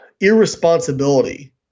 irresponsibility